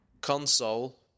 Console